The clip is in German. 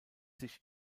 sich